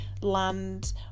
land